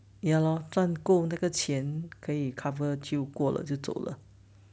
ya lor 赚够那个钱可以 cover 就过了就走了